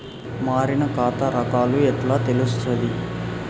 మారిన ఖాతా రకాలు ఎట్లా తెలుత్తది?